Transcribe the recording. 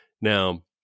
Now